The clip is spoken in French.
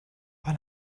par